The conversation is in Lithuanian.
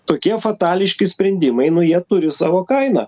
tokie fatališki sprendimai nu jie turi savo kainą